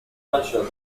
venture